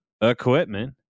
equipment